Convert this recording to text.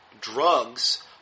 drugs